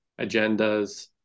agendas